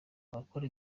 abakora